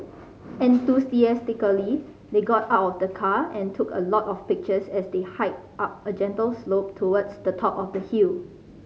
enthusiastically they got out of the car and took a lot of pictures as they hiked up a gentle slope towards the top of the hill